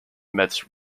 mets